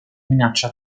minaccia